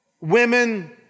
women